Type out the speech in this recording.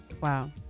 Wow